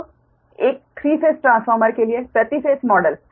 तो एक 3 phase transformer के लिए प्रति फेस मॉडल